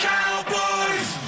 Cowboys